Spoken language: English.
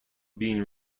being